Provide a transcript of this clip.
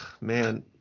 man